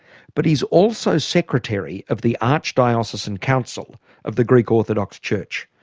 but he's also secretary of the archdiocesan council of the greek orthodox church,